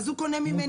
אז הוא קונה ממני.